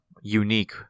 unique